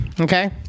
okay